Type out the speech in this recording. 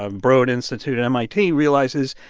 um broad institute mit, realize is,